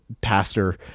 pastor